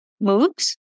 moves